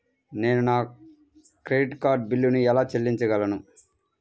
నేను నా credit card బిల్లును ఎలా చెల్లించగలను?